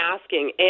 asking